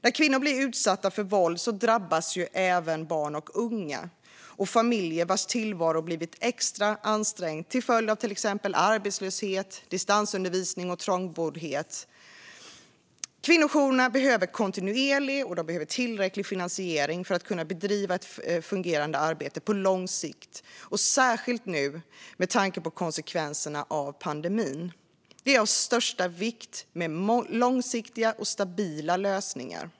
När kvinnor blir utsatta för våld drabbas även barn och unga, och familjer vars tillvaro blivit extra ansträngd till följd av exempelvis arbetslöshet, distansundervisning och trångboddhet är särskilt utsatta. Kvinnojourerna behöver kontinuerlig och tillräcklig finansiering för att kunna bedriva ett fungerande arbete på lång sikt, särskilt nu med tanke på konsekvenserna av pandemin. Långsiktiga och stabila lösningar är av största vikt.